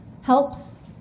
helps